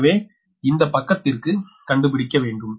எனவே இந்த பக்கத்திற்கு கண்டுபிடிக்க வேண்டும்